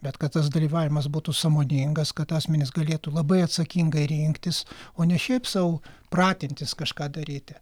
bet kad tas dalyvavimas būtų sąmoningas kad asmenys galėtų labai atsakingai rinktis o ne šiaip sau pratintis kažką daryti